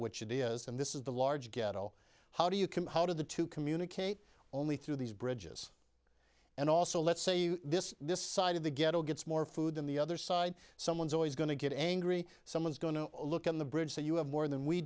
which it is and this is the large ghetto how do you come out of the to communicate only through these bridges and also let's say this side of the ghetto gets more food than the other side someone's always going to get angry someone's going to look in the bridge so you have more than we